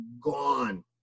gone